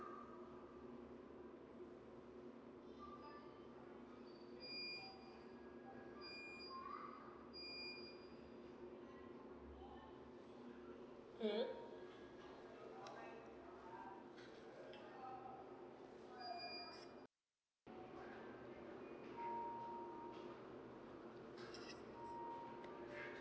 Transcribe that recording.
mm